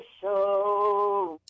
show